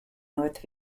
north